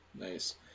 Nice